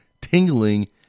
tingling